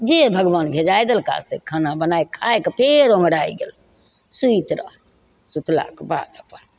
जे भगवान भेजाइ देलकऽ से खाना बना कऽ खाइ कऽ फेर ओङ्घराइ गेलहुँ सुति रहलहुँ सुतलाक बाद अपन